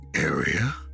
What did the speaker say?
area